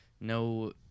no